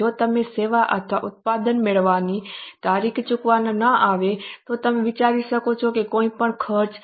જો તમે સેવા અથવા ઉત્પાદન મેળવ્યાની તારીખે ચૂકવવામાં ન આવે તો તમે વિચારી શકો તે કોઈપણ ખર્ચ